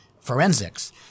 forensics